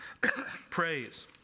praise